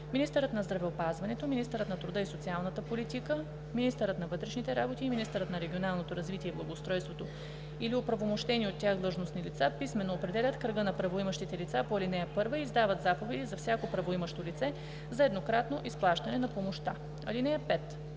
Министърът на здравеопазването, министърът на труда и социалната политика, министърът на вътрешните работи и министърът на регионалното развитие и благоустройството или оправомощени от тях длъжностни лица писмено определят кръга на правоимащите лица по ал. 1 и издават заповеди на всяко правоимащо лице за еднократно изплащане на помощта. (5)